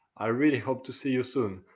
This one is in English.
i really hope to see you soon,